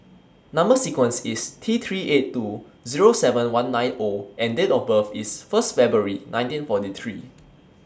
Number sequence IS T three eight two Zero seven one nine O and Date of birth IS First February nineteen forty three